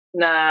na